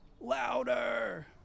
louder